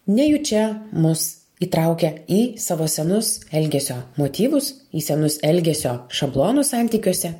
nejučia mus įtraukia į savo senus elgesio motyvus į senus elgesio šablonus santykiuose